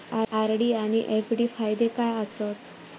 RD आनि FD फायदे काय आसात?